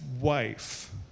wife